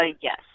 Yes